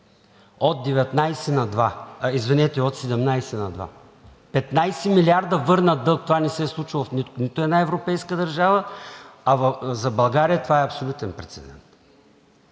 от 17 на два. Петнадесет милиарда върнат дълг, това не се е случвало в нито една европейска държава, а за България това е абсолютен прецедент.